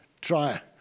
try